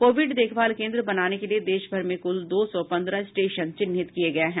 Covid देखभाल केंद्र बनाने के लिए देश भर में कुल दो सौ पन्द्रह स्टेशन चिन्हित किए गए हैं